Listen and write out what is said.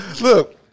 Look